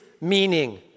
meaning